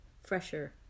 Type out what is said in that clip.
fresher